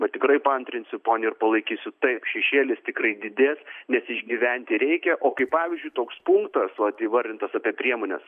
vat tikrai paantrinsiu poniai ir palaikysiu taip šešėlis tikrai didės nes išgyventi reikia o kaip pavyzdžiui toks punktas vat įvardintas apie priemones